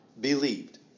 believed